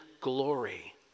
glory